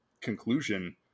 conclusion